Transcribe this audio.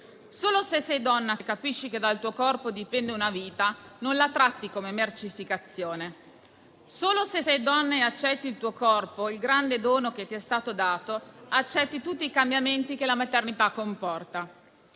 Solo se sei donna e capisci che dal tuo corpo dipende una vita, non la tratti come mercificazione. Solo se sei donna e accetti il tuo corpo, il grande dono che ti è stato dato, accetti tutti i cambiamenti che la maternità comporta.